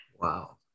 Wow